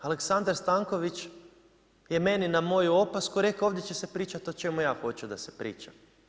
Aleksandar Stanković je meni na moju opasku rekao, ovdje će se pričati o čemu ja hoću da se priča.